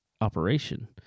operation